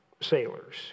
sailors